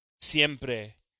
siempre